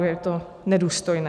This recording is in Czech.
Je to nedůstojné.